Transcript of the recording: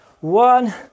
one